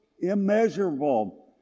immeasurable